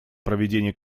проведение